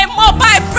mobile